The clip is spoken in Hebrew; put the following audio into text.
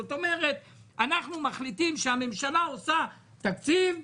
זאת אומרת, אנחנו מחליטים שהממשלה עושה תקציב,